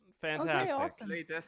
Fantastic